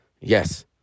yes